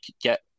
get